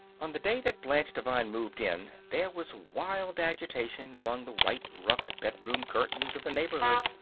on the day that blanche devine moved in there was wild agitation among the white-ruffed bedroom curtains of the neighborhood.